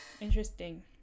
interesting